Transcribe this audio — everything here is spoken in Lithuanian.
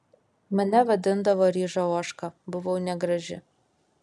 mane vadindavo ryža ožka buvau negraži